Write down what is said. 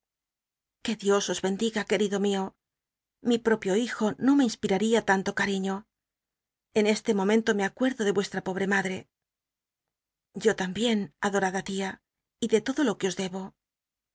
que dios os bendiga querido mio mi propio hijo no me inspiraría tanto cal'iño en este momento me acuerdo de vuestra pobre madre yo tambien adorada tia y de todo lo que os debo